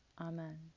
Amen